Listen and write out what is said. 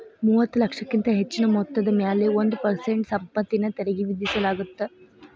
ಮೂವತ್ತ ಲಕ್ಷಕ್ಕಿಂತ ಹೆಚ್ಚಿನ ಮೊತ್ತದ ಮ್ಯಾಲೆ ಒಂದ್ ಪರ್ಸೆಂಟ್ ಸಂಪತ್ತಿನ ತೆರಿಗಿ ವಿಧಿಸಲಾಗತ್ತ